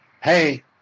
hey